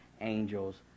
angels